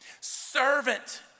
servant